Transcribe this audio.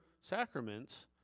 sacraments